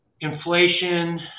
inflation